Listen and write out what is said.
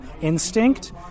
instinct